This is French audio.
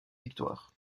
victoire